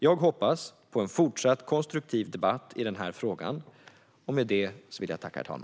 Jag hoppas på en fortsatt konstruktiv debatt i den här frågan.